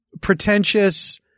pretentious